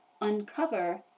Uncover